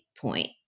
point